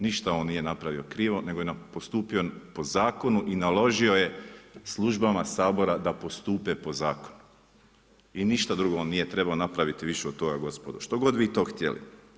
Ništa on nije napravio krivu, nego je postupio po zakonu i naložio je službama Sabora da postupe po zakonu i ništa drugo on nije trebao napraviti više od toga gospodo, što god vi to htjeli.